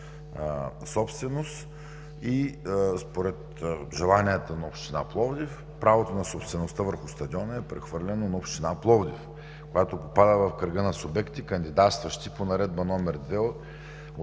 собственост и според желанията на община Пловдив правото на собствеността върху стадиона е прехвърлено на община Пловдив, която попада в кръга на субекти, кандидатстващи по Наредба № 2 от